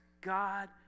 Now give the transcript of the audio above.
God